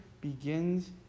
begins